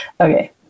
Okay